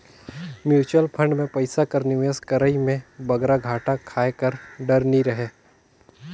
mutual fund में पइसा कर निवेस करई में बगरा घाटा खाए कर डर नी रहें